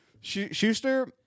Schuster